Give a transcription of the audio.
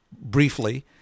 briefly